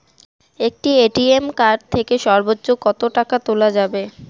একটি ATM card থেকে সর্বোচ্চ কত টাকা তোলা যাবে?